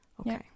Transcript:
Okay